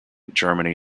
germany